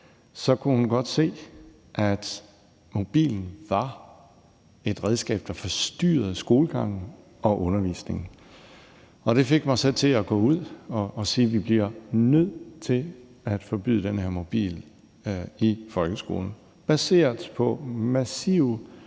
kunne hun godt se, at mobilen var et redskab, der forstyrrede skolegangen og undervisningen. Det fik mig så til at gå ud og sige, at vi bliver nødt til at forbyde den her mobil i folkeskolen, og det er baseret på massive